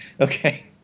Okay